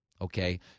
okay